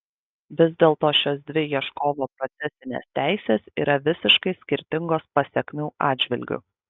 vis dėlto šios dvi ieškovo procesinės teisės yra visiškai skirtingos pasekmių atžvilgiu